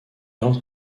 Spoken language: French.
entre